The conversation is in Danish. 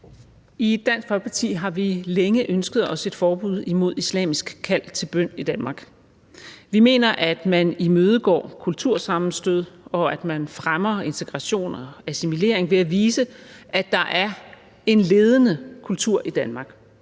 I Dansk Folkeparti har vi længe ønsket os et forbud imod islamisk kald til bøn i Danmark. Vi mener, at man imødegår kultursammenstød, og at man fremmer integration og assimilering ved at vise, at der er en ledende kultur i Danmark,